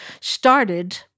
started